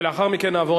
לאחר מכן נעבור